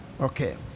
okay